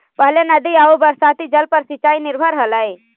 पहिले नदी आउ बरसाती जल पर सिंचाई निर्भर हलई